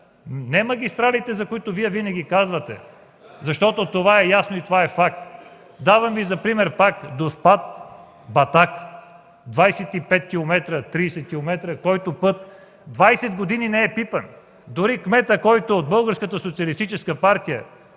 не магистралите, за които Вие винаги говорите, защото то е ясно и е факт. Давам Ви за пример пак Доспат – Батак, 25-30 км, който път 20 години не е пипан! Дори кметът, който е от Българската социалистическа партия,